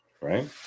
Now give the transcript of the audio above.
right